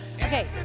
okay